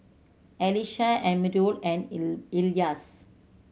Alyssa Amirul and Elyas